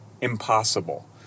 impossible